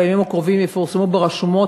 בימים הקרובים יפורסמו ברשומות,